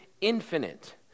infinite